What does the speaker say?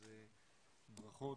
אז ברכות,